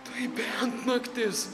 tai bent naktis